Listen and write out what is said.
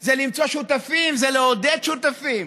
זה למצוא שותפים, זה לעודד שותפים.